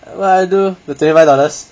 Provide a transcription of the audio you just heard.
what I do with twenty five dollars